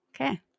Okay